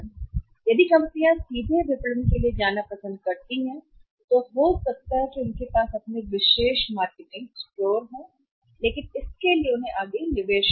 यदि कंपनियां सीधे विपणन के लिए जाना पसंद करती हैं तो वे हो सकते हैं उस मामले में उनके अपने विशेष मार्केटिंग स्टोर हैं कि उन्हें क्या करना है आगे निवेश